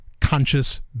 conscious